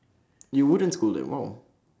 you wouldn't scold them !wow!